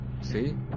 See